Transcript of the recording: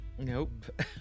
Nope